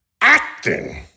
Acting